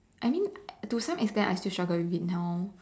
I mean to some extend I still struggle with it now